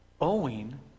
Owing